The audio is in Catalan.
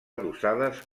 adossades